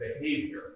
behavior